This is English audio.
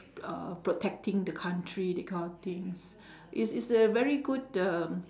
uh protecting the country that kind of things it's it's a very good um